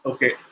Okay